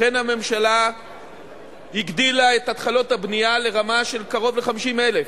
לכן הממשלה הגדילה את מספר התחלות הבנייה לרמה של קרוב ל-50,000.